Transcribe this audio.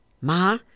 Ma